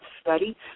study